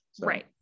Right